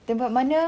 tempat mana